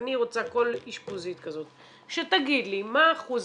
אני רוצה כל אשפוזית כזאת שתגיד לי מה האחוז.